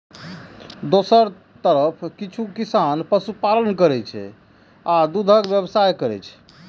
दोसर तरफ किछु किसान पशुपालन करै छै आ दूधक व्यवसाय करै छै